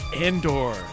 Endor